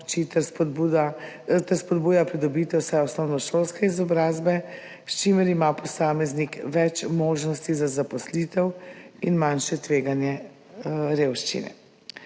ter spodbuja pridobitev vsaj osnovnošolske izobrazbe, s čimer ima posameznik več možnosti za zaposlitev in manjše tveganje revščine.